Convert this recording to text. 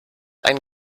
ein